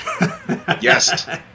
Yes